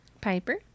piper